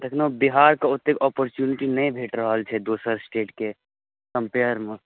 एखनो बिहारके ओतेक अपॉरचुनिटी नहि भेटि रहल छै दोसर स्टेटके कम्पेयरमे